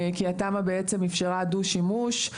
כי התמ"א אפשרה דו-שימוש.